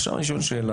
עכשיו אני שואל שאלה.